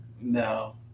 No